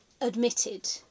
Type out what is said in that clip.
admitted